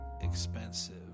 expensive